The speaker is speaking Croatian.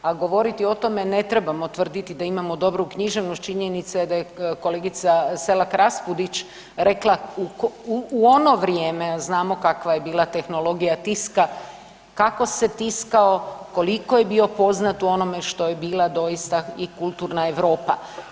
A govoriti o tome ne trebamo tvrditi da imamo dobru književnost činjenica je da je kolegica Selak Raspudić rekla u ono vrijeme, a znamo kakva je bila tehnologija tiska, kako se tiskao, koliko je bio poznat u onome što je bila doista i kulturna Europa.